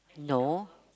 no